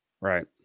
Right